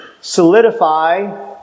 solidify